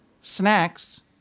snacks